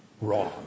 wrong